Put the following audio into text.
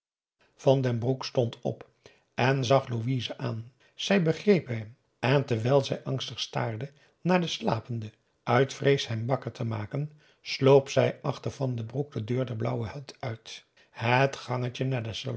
van den broek stond op en zag louise aan zij begreep hem en terwijl zij angstig staarde naar den slapende uit vrees hem wakker te maken sloop zij achter van den broek de deur der benauwde hut uit het gangetje